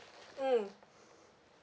mm